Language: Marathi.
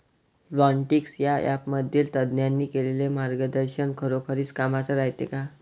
प्लॉन्टीक्स या ॲपमधील तज्ज्ञांनी केलेली मार्गदर्शन खरोखरीच कामाचं रायते का?